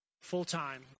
full-time